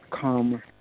come